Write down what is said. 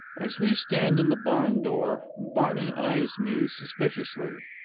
as we stand in the barn-door barney eyes me suspiciously,